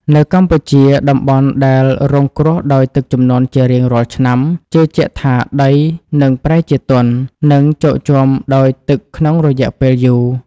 នៅកម្ពុជា តំបន់ដែលរងគ្រោះដោយទឹកជំនន់ជារៀងរាល់ឆ្នាំ ជឿជាក់ថាដីនឹងប្រែជាទន់ និងជោកជាំដោយទឹកក្នុងរយៈពេលយូរ។